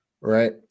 Right